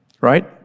right